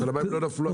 השמיים לא נפלו.